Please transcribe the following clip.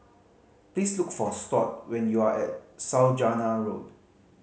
please look for Stuart when you are at Saujana Road